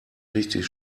richtig